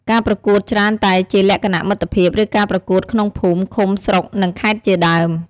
ការប្រកួតច្រើនតែជាលក្ខណៈមិត្តភាព ឬការប្រកួតក្នុងភូមិ ឃុំ ស្រុក និងខេត្តជាដើម។